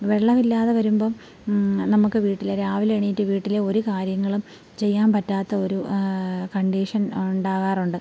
വെള്ളമില്ലാത വരുമ്പം നമ്മൾക്ക് വീട്ടിലെ രാവിലെ എണീറ്റ് വീട്ടിലെ ഒരു കാര്യങ്ങളും ചെയ്യൻ പറ്റാത്ത ഒരു കണ്ടീഷൻ ഉണ്ടാകാറുണ്ട്